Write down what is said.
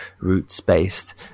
roots-based